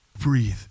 breathe